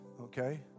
okay